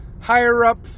higher-up